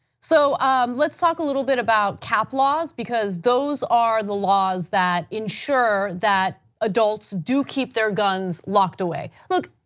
so let's talk a little bit about cap laws because those are the laws that ensure that adults do keep their guns locked away. look,